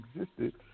existed